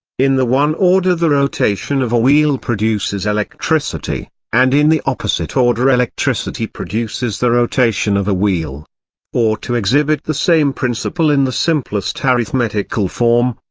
in the one order the rotation of a wheel produces electricity, and in the opposite order electricity produces the rotation of a wheel or to exhibit the same principle in the simplest arithmetical form,